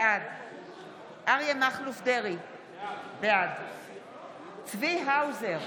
בעד אריה מכלוף דרעי, בעד צבי האוזר,